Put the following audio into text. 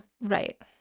Right